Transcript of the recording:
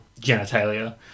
genitalia